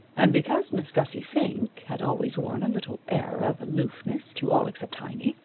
and because miss gussie fink had always worn a little air of aloofness to all except heiny,